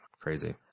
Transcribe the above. Crazy